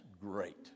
great